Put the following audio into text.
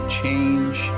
change